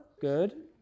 good